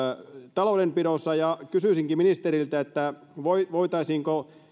taloudenpidossa ja kysyisinkin ministeriltä voitaisiinko